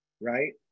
right